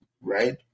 right